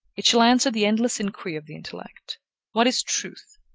it shall answer the endless inquiry of the intellect what is truth?